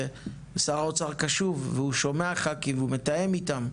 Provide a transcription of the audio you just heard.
ושר האוצר קשוב והוא שומע ח"כים והוא מתאם איתם,